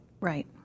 Right